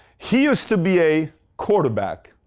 he used to be a quarterback,